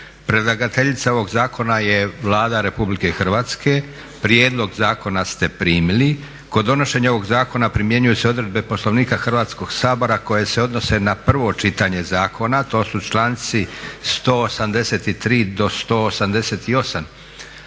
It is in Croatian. Predlagateljica ovog zakona je Vlada Republike Hrvatske. Prijedlog zakona ste primili. Kod donošenja ovog zakona primjenjuju se odredbe Poslovnika Hrvatskog sabora koje se odnose na prvo čitanje zakona, to su članci 183. do 188.